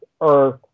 earth